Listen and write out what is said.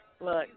Look